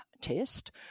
test